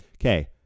Okay